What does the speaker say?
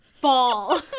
fall